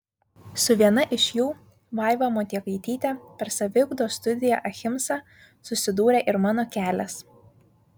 su viena iš jų vaiva motiekaityte per saviugdos studiją ahimsa susidūrė ir mano kelias